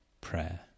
prayer